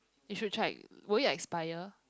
you should check would it expire